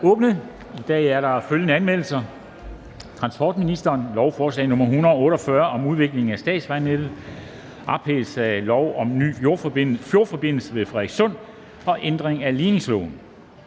I dag er der følgende anmeldelser: Transportministeren (Trine Bramsen): Lovforslag nr. L 148 (Forslag til lov om udvikling af statsvejnettet, ophævelse af lov om en ny fjordforbindelse ved Frederikssund og ændring af ligningsloven).